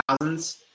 thousands